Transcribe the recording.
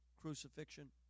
crucifixion